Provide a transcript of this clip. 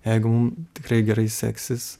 jeigu mum tikrai gerai seksis